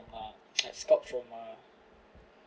had scout from uh